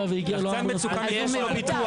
והגיע לו אמבולנס --- יש לו ביטוח,